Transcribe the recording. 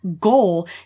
goal